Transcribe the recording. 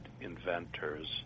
inventors